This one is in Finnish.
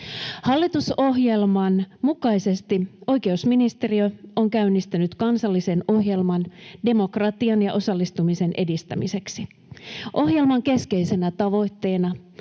Hallitusohjelman mukaisesti oikeusministeriö on käynnistänyt kansallisen ohjelman demokratian ja osallistumisen edistämiseksi. Ohjelman keskeisenä tavoitteena